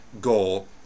goal